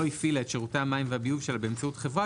לא הפעילה את שירותי המים והביוב שלה באמצעות חברה